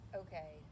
okay